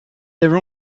their